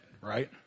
right